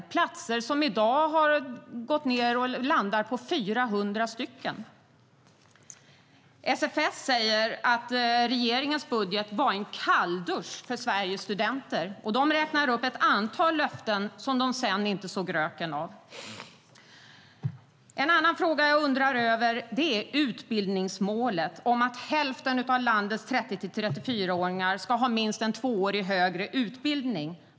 Det är platser som i dag har gått ned och landar på 400. SFS säger att regeringens budget var en kalldusch för Sveriges studenter.